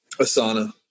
Asana